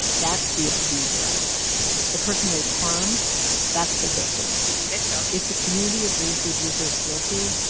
that's the abuser he's shitty the person they'd harmed that's the victim the victim if the community agrees the abuser is guilty,